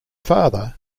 father